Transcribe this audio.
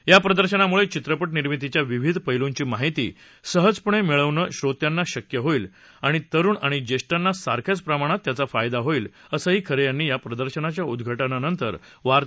या प्रदर्शनामुळे चित्रपट निर्मितीच्या विविध पैलूंची माहिती सहजपणे मिळवणं श्रोत्यांना शक्य होईल आणि तरुण आणि ज्येष्ठांना सारख्याच प्रमाणात त्याचा फायदा होईल असं खरे यांनी या प्रदर्शनाच्या उद्घाटनानंतर वार्ताहरांना सांगितलं